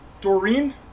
Doreen